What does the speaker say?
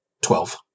twelve